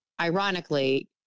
Ironically